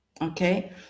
Okay